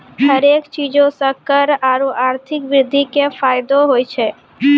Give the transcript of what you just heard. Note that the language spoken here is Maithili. हरेक चीजो से कर आरु आर्थिक वृद्धि के फायदो होय छै